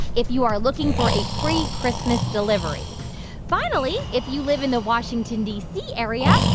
if you are looking for a pre-christmas delivery finally, if you live in the washington, d c, area,